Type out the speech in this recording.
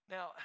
Now